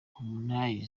harmonize